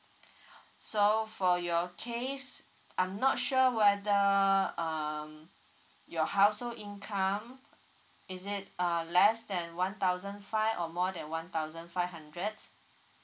so for your case I'm not sure whether um your household income is it err less than one thousand five or more than one thousand five hundred